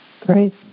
Great